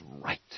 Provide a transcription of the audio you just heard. right